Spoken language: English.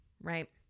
Right